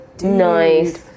Nice